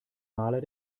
maler